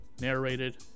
narrated